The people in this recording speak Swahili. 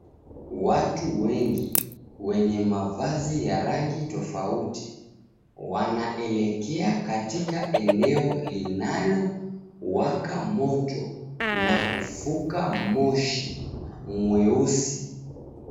Watu wengi, wenye mavazi ya rangi tofauti, wanaelekea katika eneo linalowaka moto na kufuka moshi mweusi.